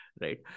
right